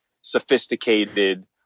sophisticated